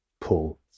pull